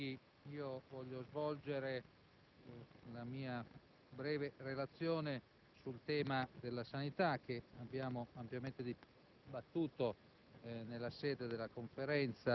Signor Presidente, colleghi, voglio svolgere il mio breve intervento sul tema della sanità, che abbiamo ampiamente